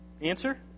Answer